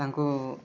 ତାଙ୍କୁ